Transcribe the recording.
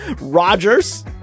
Rogers